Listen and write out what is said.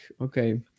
okay